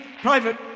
Private